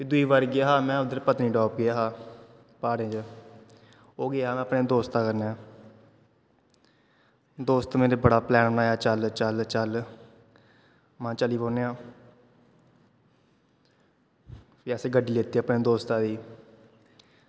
फ्ही दूई बारी गेआ हा में उद्धर पत्नीटॉप गेआ हा प्हाड़ें च ओह् गेआ में अपने दोस्तै कन्नै दोस्तें मेरे बड़ा प्लैन बनाया चल चल चल महां चली पौन्ने आं फ्ही असें गड्डी लैती अपने दोस्ता दी